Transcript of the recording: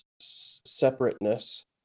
separateness